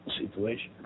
situation